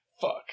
Fuck